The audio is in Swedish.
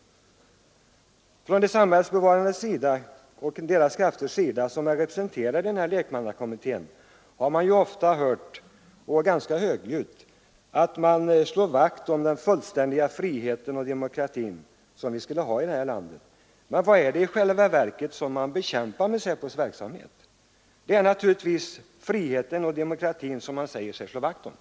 Från de samhällsbevarande krafterna och deras representanter i lekmannakommittén har det ju ganska högljutt ofta gjorts gällande att de slår vakt om den fullständiga frihet och demokrati som vi skulle ha i vårt land. Men vad är det i själva verket man bekämpar med SÄPO:s verksamhet? Det är naturligtvis den frihet och demokrati som man säger sig slå vakt om.